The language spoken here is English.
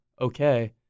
Okay